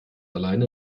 alleine